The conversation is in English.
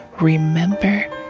Remember